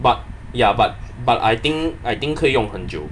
but ya but but I think I think 可以用很久